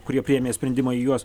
kurie priėmė sprendimą į juos